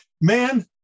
Man